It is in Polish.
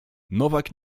nowak